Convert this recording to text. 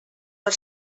per